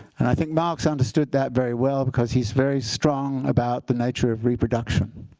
and i think marx understood that very well because he's very strong about the nature of reproduction,